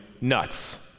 nuts